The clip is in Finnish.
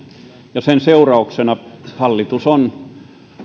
ja sen seurauksena hallitus on